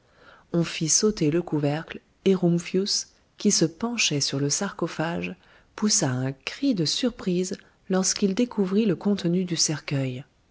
on fit sauter le couvercle et rumphius qui se penchait sur le sarcophage poussa un cri de surprise lorsqu'il découvrit le contenu du cercueil